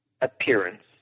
appearance